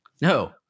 No